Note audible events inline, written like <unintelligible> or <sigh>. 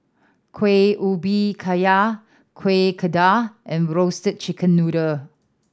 Kueh Ubi Kayu Kueh <unintelligible> and Roasted Chicken Noodle